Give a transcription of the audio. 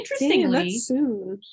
interestingly